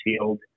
Field